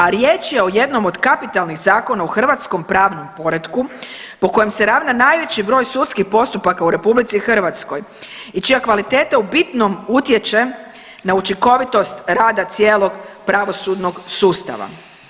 A riječ je od jednom od kapitalnih zakona u hrvatskom pravnom poretku po kojem se ravna najveći broj sudskih postupaka u RH i čija kvaliteta u bitnom utječe na učinkovitost rada cijelog pravosudnog sustava.